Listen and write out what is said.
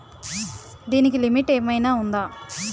దీనికి లిమిట్ ఆమైనా ఉందా?